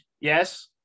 Yes